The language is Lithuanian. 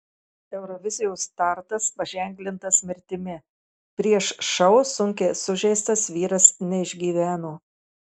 eurovizijos startas paženklintas mirtimi prieš šou sunkiai sužeistas vyras neišgyveno